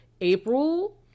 april